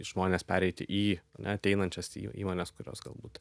žmonės pereiti į ateinančias įmones kurios galbūt